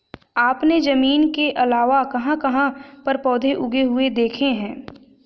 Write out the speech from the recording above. आपने जमीन के अलावा कहाँ कहाँ पर पौधे उगे हुए देखे हैं?